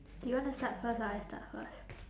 do you want to start first or I start first